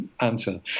answer